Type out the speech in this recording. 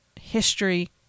history